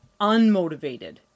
unmotivated